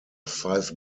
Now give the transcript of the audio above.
five